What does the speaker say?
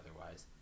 otherwise